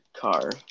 car